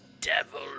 devil